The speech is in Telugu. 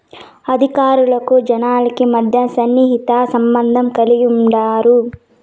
అధికారులకు జనాలకి మధ్య సన్నిహిత సంబంధం కలిగి ఉంటారు